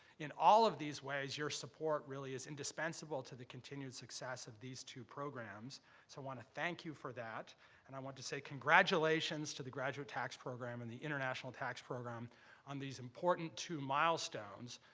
in all of these ways, your support really is indispensable to the continued success of these two programs, so i wanna thank you for that and i want to say congratulations to the graduate tax program and the international tax program on these important two milestones.